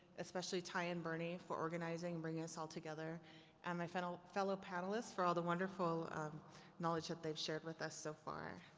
especially ty and bernie for organizing and bringing us all together. and my final, fellow panelists for all the wonderful knowledge that they've shared with us so far.